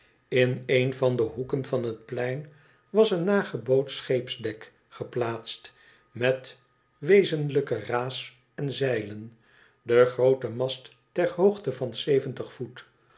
in een van de hoeken van het plein was een nagebootst scheepsdek geplaatst met wezenlijke raas en zeilen de groote mast ter hoogte van zeventig voet